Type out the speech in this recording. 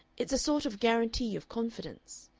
it's a sort of guarantee of confidence.